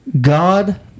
God